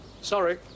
Sorry